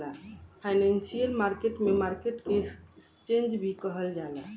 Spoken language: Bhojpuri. फाइनेंशियल मार्केट में मार्केट के एक्सचेंन्ज भी कहल जाला